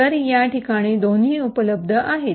तर या ठिकाणी दोन्ही उपलब्ध आहेत